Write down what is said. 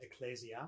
ecclesia